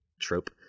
trope